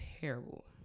terrible